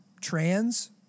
trans